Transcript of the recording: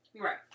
Right